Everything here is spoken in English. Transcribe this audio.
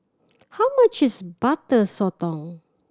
how much is Butter Sotong